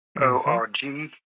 org